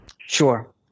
Sure